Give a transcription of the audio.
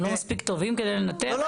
הם לא מספיק טובים כדי לנתח?